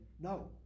no